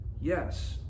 Yes